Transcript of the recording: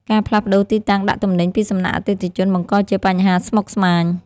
ការផ្លាស់ប្តូរទីតាំងដាក់ទំនិញពីសំណាក់អតិថិជន បង្កជាបញ្ហាស្មុគស្មាញ។